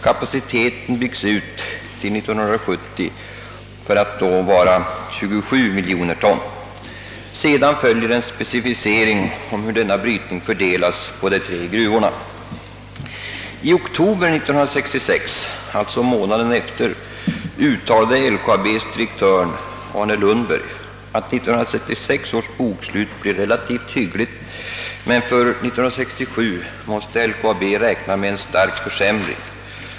Kapaciteten byggs fram till 1970 ut till 27 milj. ton.» Därefter följer en specificering av hur denna brytning fördelas på de tre gruvorna. I november i fjol, alltså månaden efter, uttalade LKAB:s direktör Arne Lundberg att 1966 års bokslut blir relativt hyggligt, men för 1967 måste LKAB räkna med en stark försämring.